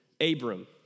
Abram